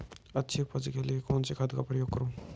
अच्छी उपज के लिए कौनसी खाद का उपयोग करूं?